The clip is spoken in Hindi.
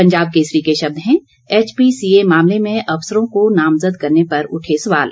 पंजाब केसरी के शब्द हैं एचपीसीए मामले में अफसरों को नामजद करने पर उठे सवाल